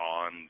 on